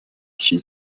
she